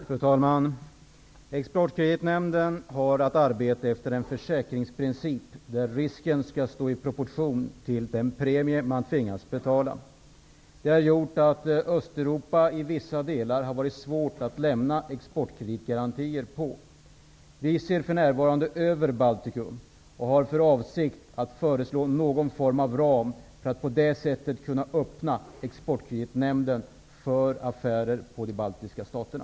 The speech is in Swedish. Fru talman! Exportkreditnämnden har att arbeta efter en försäkringsprincip, som innebär att risken skall stå i proportion till den premie som företagen tvingas betala. Det har gjort det svårt för Exportkreditnämnden att lämna exportkrediter för affärer som gäller vissa delar av Östeuropa. Regeringen ser för närvarande över detta problem när det gäller Baltikum och har för avsikt att föreslå någon form av ram för att på det sättet kunna öppna möjligheter för Exportkreditnämnden att ge företagen exportkreditgarantier för att kunna göra affärer med de baltiska staterna.